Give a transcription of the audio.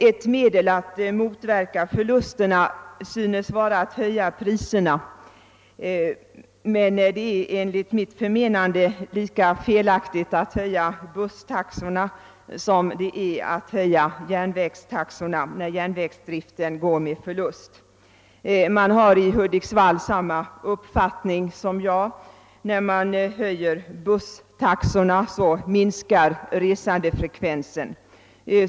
Ett medel att motverka förlusterna synes vara att höja priserna, men det är enligt mitt förmenande lika felaktigt att höja busstaxorna som att höja järnvägstaxorna, när järnvägsdriften går med förlust. Man har i Hudiksvall samma uppfattning som jag: när man höjer busstaxorna, minskar resandefrekvensen.